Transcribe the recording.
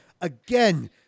Again